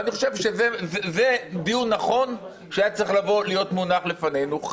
אני חושב שזה דיון נכון שהיה צריך להיות מונח לפנינו.